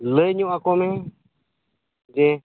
ᱞᱟᱹᱭ ᱧᱚᱜ ᱟᱠᱚᱢᱮ ᱡᱮ